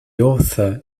author